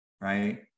right